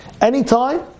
anytime